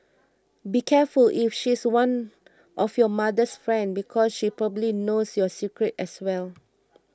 be careful if she's one of your mother's friend because she probably knows your secrets as well